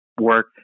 Work